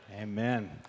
Amen